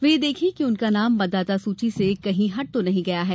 वे यह देखे कि उनका नाम मतदाता सूची से कहीं हट तो नहीं गया है